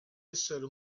essere